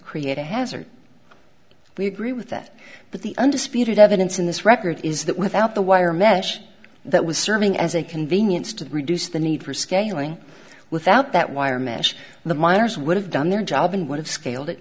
create a hazard we agree with that but the undisputed evidence in this record is that without the wire mesh that was serving as a convenience to reduce the need for scaling without that wire mesh the miners would have done their job in would have scale